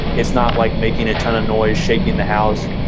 it's not like making a ton of noise, shaking the house,